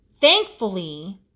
Thankfully